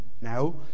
now